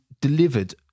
delivered